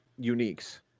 Uniques